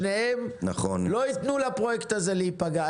שניהם לא ייתנו לפרויקט הזה להיפגע.